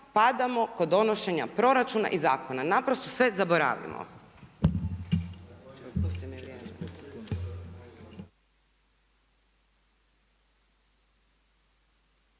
padamo kod donošenja proračuna i zakona. Naprosto sve zaboravimo.